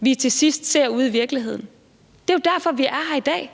vi til sidst ser ude i virkeligheden. Det er jo derfor, vi er her i dag.